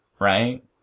right